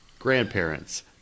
grandparents